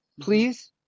please